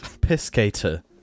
Piscator